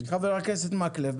חבר הכנסת מקלב.